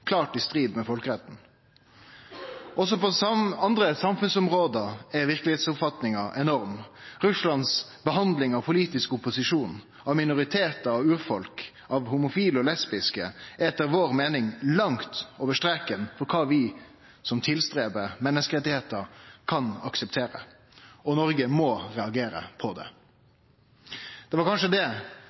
klart i strid med folkeretten. Også på andre samfunnsområde er forskjellen i verkelegheitsoppfatning enorm. Russlands behandling av politisk opposisjon, minoritetar og urfolk og homofile og lesbiske er etter vår meining langt over streken for kva vi som kjempar for menneskerettar, kan akseptere – og Noreg må reagere på det. Det var kanskje